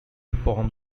form